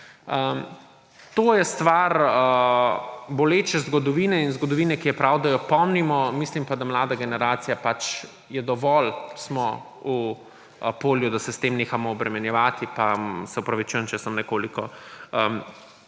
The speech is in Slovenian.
To je stvar boleče zgodovine in zgodovine, ki je prav, da jo pomnimo. Mislim pa, da je mlada generacija − pač, dovolj smo v polju, da se s tem nehamo obremenjevati. Se opravičujem, če sem nekoliko iz